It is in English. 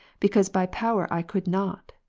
because by power i could not,